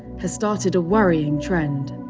has started a worrying trend